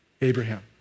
Abraham